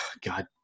God